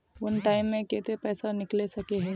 वन time मैं केते पैसा निकले सके है?